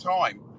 time